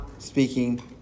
speaking